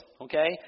okay